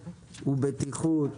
בטיחות,